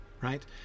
right